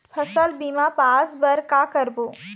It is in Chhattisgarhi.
फसल बीमा पास बर का करबो?